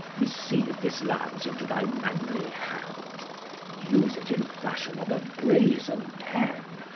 receive this lance into thy manly hand use it in fashion of a brazen pen,